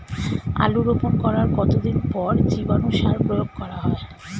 আলু রোপণ করার কতদিন পর জীবাণু সার প্রয়োগ করা হয়?